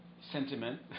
sentiment